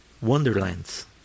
wonderlands